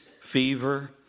fever